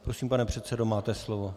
Prosím, pane předsedo, máte slovo.